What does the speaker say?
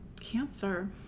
Cancer